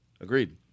Agreed